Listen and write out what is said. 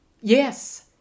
Yes